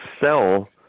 sell –